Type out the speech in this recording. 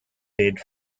bid